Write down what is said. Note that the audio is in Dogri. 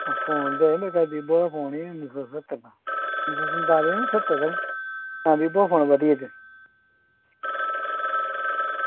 फोन ते ऐ लेकिन फोन ई नेईं मिलदा उन्नी सौ संताली निं सत्तर दा ई आं वीवो दा फोन ई अग्गें